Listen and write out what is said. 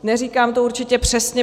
Neříkám to určitě přesně.